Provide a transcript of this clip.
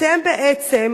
אתם בעצם,